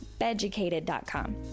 beducated.com